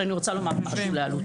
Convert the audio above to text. אבל אני רוצה לומר משהו לאלו"ט.